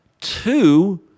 two